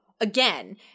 again